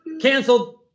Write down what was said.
canceled